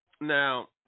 now